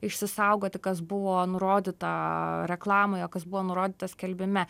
išsisaugoti kas buvo nurodyta reklamoje kas buvo nurodyta skelbime